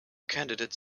candidate